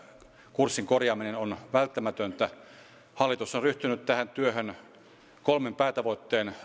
kurssin korjaaminen on välttämätöntä hallitus on ryhtynyt tähän työhön kolmen päätavoitteen